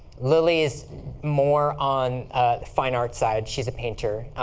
lily's more on the fine art side. she's a painter.